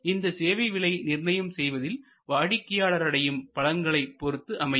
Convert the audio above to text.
இவை சேவை விலை நிர்ணயம் செய்வதில் வாடிக்கையாளர் அடையும் பலன்களைப் பொறுத்து அமையும்